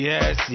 Yes